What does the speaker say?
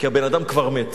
כי הבן-אדם כבר מת.